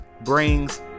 brings